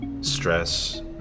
stress